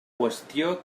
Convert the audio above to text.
qüestió